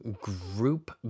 group